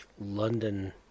London